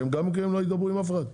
שהם גם כן לא ידברו עם אף אחד?